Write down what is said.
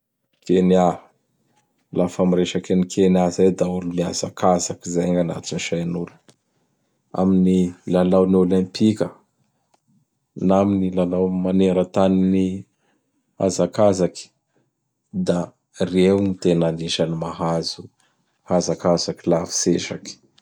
Kenya !Lafa miresaky an'i Kenya zay da olo miazakazaky zay gn'anatin'ny sain'olo. Amin'ny lalaon'ny olympika na amin'ny lalao manerantanin'ny hazakazaky; da reo gn tena anisan'ny mahazo hazakazaky lavitsy ezaky.